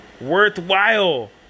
worthwhile